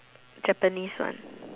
Japanese one